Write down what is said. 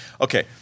Okay